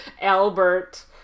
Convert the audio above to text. albert